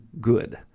good